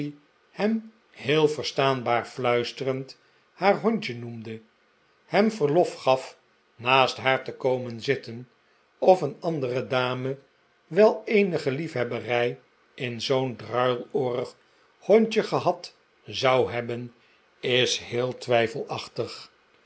hem heel verstaanbaar fluisterend haar hondje noemend hem verlof gaf naast haar te komen zitten of een andere dame wel eenige liefhebberij in zoo'n druiloorig hondje gehad zou hebben is heej twijfelachtig